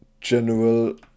general